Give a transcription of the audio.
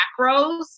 macros